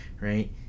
right